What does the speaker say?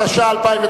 התש"ע 2009,